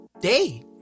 day